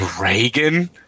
Reagan